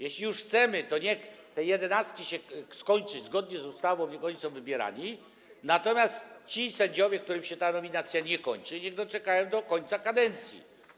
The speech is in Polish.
Jeśli już tak chcemy, to niech tym 11 się skończy, zgodnie z ustawą niech oni będą wybierani, natomiast ci sędziowie, którym się ta nominacja nie kończy, niech doczekają do końca kadencji.